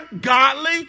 godly